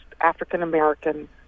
African-American